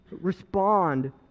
respond